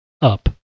Up